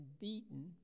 beaten